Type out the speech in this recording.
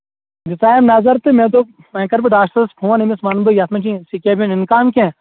مےٚ تھایے نَظر تہٕ مےٚ دوٚپ وۄنۍ کرٕ بہٕ ڈاکٹر صٲبَس فون أمِس وَنہٕ بہٕ یَتھ مہ کینٛہہ سِکیب ہُنٛد اِمکان کیٚنہہ